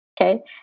Okay